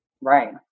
Right